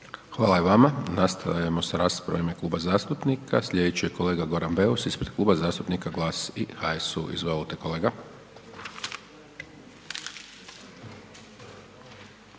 Hvala i vama. Nastavljamo s raspravama u ime kluba zastupnika. Sljedeći je kolega Goran Beus, ispred Kluba zastupa GLAS i HSU. Izvolite kolega.